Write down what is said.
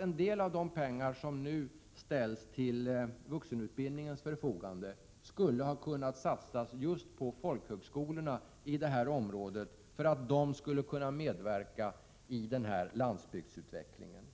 En del av de pengar som nu ställs till vuxenutbildningens förfogande skulle ha kunnat satsas just på folkhögskolorna för att de skulle kunna medverka i landsbygdsutvecklingen.